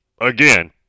again